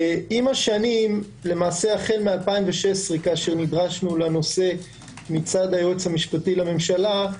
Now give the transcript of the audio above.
עם השנים החל מ-2016 כאשר נדרשנו לנושא מצד היועץ המשפטי לממשלה,